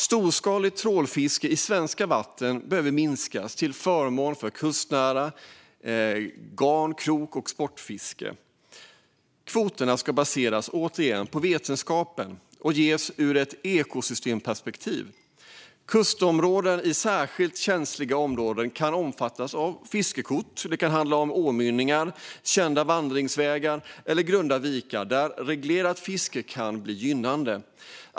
Storskaligt trålfiske i svenska vatten behöver minska till förmån för kustnära garn-, krok och sportfiske. Kvoterna ska, återigen, baseras på vetenskap och ges ur ett ekosystemperspektiv. Kustområden i särskilt känsliga områden kan omfattas av fiskekort; det kan handla om åmynningar, kända vandringsvägar eller grunda vikar där reglerat fiske kan verka gynnande.